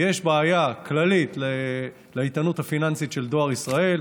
יש בעיה כללית באיתנות הפיננסית של דואר ישראל.